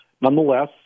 Nonetheless